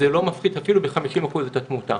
אני חייבת לומר שחברת הכנסת אימאן ח'טיב היא חברת כנסת